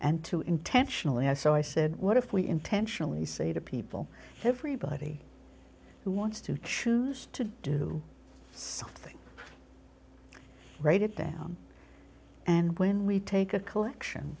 and to intentionally i so i said what if we intentionally say to people everybody who wants to choose to do something write it down and when we take a collection